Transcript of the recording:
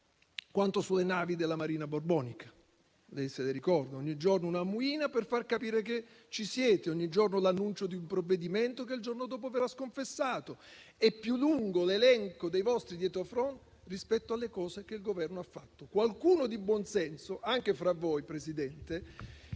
quanto sulle navi della Marina borbonica. Se le ricorda? Ogni giorno una *ammuina*, per far capire che ci siete; ogni giorno l'annuncio di un provvedimento che il giorno dopo verrà sconfessato. È più lungo l'elenco dei vostri dietrofront rispetto a ciò che il Governo ha fatto. Qualcuno di buon senso anche fra voi, Presidente